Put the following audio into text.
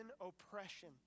oppression